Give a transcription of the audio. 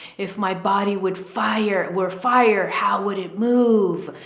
if my body would fire were fire, how would it move?